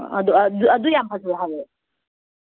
ꯄꯤꯛꯅꯤꯛꯀꯨꯝꯕ ꯄꯤꯛꯅꯤꯛꯀꯤ ꯏꯁꯇꯥꯏꯜꯗ ꯍꯥꯏꯇꯥꯔꯦꯀꯣ